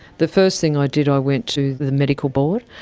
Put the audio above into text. the first thing i did i went to the medical board.